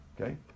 Okay